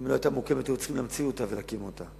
אם לא היתה מוקמת היו צריכים להמציא אותה ולהקים אותה.